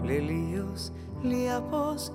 lelijos liepos